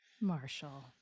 Marshall